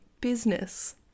business